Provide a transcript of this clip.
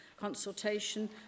consultation